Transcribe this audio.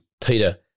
Peter